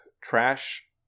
trash